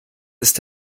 ist